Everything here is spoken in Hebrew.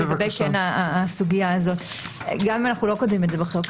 אנחנו לא כותבים את זה בחוק.